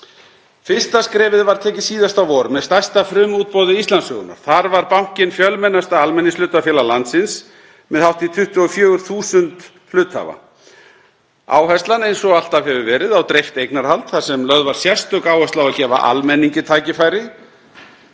Fyrsta skrefið var tekið síðasta vor með stærsta frumútboði Íslandssögunnar. Þar var bankinn fjölmennasta almenningshlutafélag landsins með hátt í 24.000 hluthafa. Áherslan, eins og alltaf hefur verið, á dreift eignarhald þar sem lögð var sérstök áhersla á að gefa almenningi tækifæri